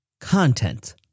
content